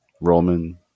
Roman